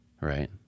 right